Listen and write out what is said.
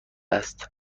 است